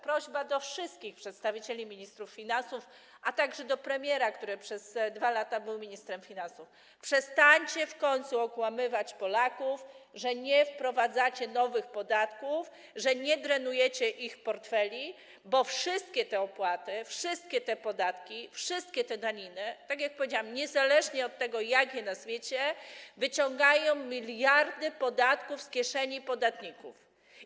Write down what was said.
Prośba do wszystkich przedstawicieli Ministerstwa Finansów, a także do premiera, który przez 2 lata był ministrem finansów: przestańcie w końcu okłamywać Polaków, że nie wprowadzacie nowych podatków, że nie drenujecie ich portfeli, bo wszystkie te opłaty, wszystkie te podatki, wszystkie te daniny, tak jak powiedziałam, niezależnie od tego, jak je nazwiecie, wyciągają miliardy z kieszeni podatników.